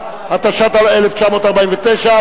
התש"ט 1949,